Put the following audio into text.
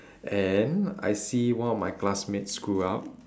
and I see one of my classmates screw up